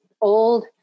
old